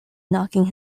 knocking